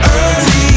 early